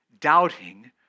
doubting